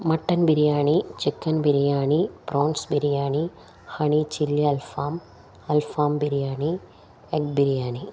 mutton biryani chicken biryani prawns biryani honey chilli അൽഫാം അൽഫാം biryani egg biryani